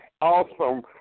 awesome